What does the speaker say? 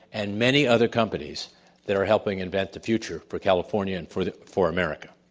and many other companies that are helping invent the future for california and for the for america.